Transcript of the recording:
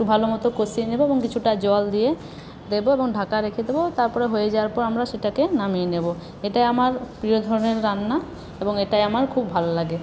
একটু ভালো মতো কষিয়ে নেবো এবং কিছুটা জল দিয়ে দেবো এবং ঢাকা রেখে দেবো তারপরে হয়ে যাওয়ার পরে আমরা সেটাকে নামিয়ে নেবো এটা আমার প্রিয় ধরণের রান্না এবং এটাই আমার খুব ভালো লাগে